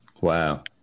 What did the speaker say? Wow